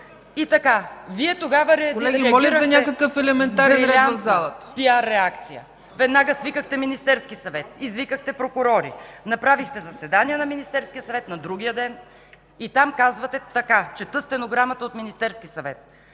НИНОВА: Вие тогава реагирахте брилянтно с PR реакция. Веднага свикахте Министерския съвет, извикахте прокурори, направихте заседание на Министерския съвет на другия ден и там казвате така, чета стенограмата от Министерския съвет: